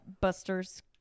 Buster's